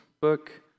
book